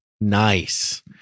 Nice